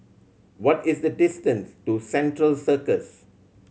what is the distance to Central Circus